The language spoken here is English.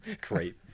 Great